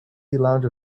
lounge